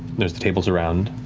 there's the tables around.